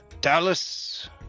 Dallas